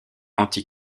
anti